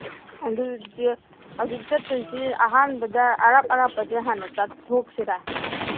ꯑꯗꯨꯗꯤ ꯍꯧꯖꯤꯛ ꯆꯠꯇꯣꯏꯁꯤ ꯑꯍꯥꯟꯕꯗ ꯑꯔꯥꯞ ꯑꯔꯥꯞꯄꯁꯦ ꯍꯥꯟꯅ ꯆꯠꯊꯣꯛꯁꯤꯔꯥ